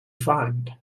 find